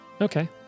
Okay